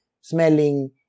smelling